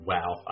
Wow